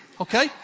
Okay